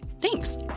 Thanks